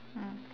mm